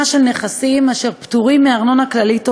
של נכסים אשר פטורים מארנונה כללית ומאגרה.